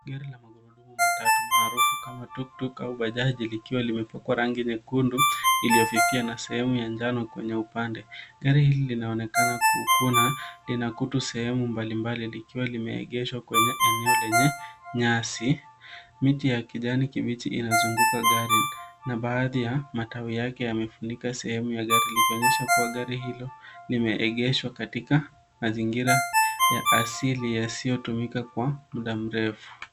Gari la magari matatu maarufu kama tuktuk au bajaji likiwa limepakwa rangi nyekundu iliyofifia na sehemu ya njano kwenye upande. Gari hili linaonekana lina kutu sehemu mbalimbali likiwa limeegeshwa kwenye eneo lenye nyasi. Miti ya kijani kibichi inazunguka gari na baadhi ya matawi yake yamefunika sehemu ya gari likionyesha kuwa gari hilo limeegeshwa katika mazingira ya asili yasiyotumika kwa muda mrefu.